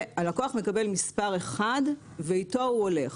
הלקוח מקבל מספר אחד ואיתו הוא הולך.